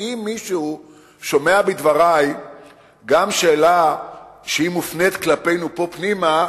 ואם מישהו שומע בדברי גם שאלה שמופנית כלפינו פה פנימה,